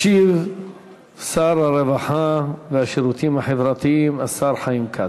ישיב שר הרווחה והשירותים החברתיים, השר חיים כץ.